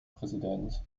präsident